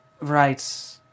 Right